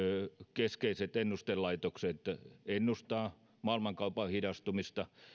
keskeiset ennustelaitokset ennustavat maailmankaupan hidastumista